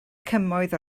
cymoedd